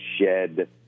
shed